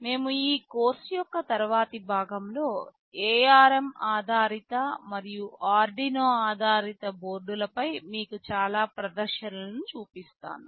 మేము ఈ కోర్సు యొక్క తరువాతి భాగంలో ARM ఆధారిత మరియు ఆర్డినో ఆధారిత బోర్డులపై మీకు చాలా ప్రదర్శనలను చూపిస్తాను